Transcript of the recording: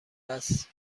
است